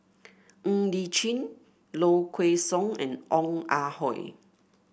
Ng Li Chin Low Kway Song and Ong Ah Hoi